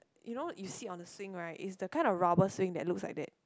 you know you sit on the swing right is the kind of rubber swing that looks like that